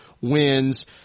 wins